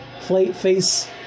face